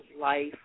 life